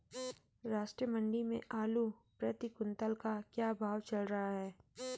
राष्ट्रीय मंडी में आलू प्रति कुन्तल का क्या भाव चल रहा है?